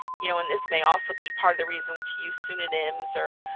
you know and this may also be part of the reason to use pseudonyms or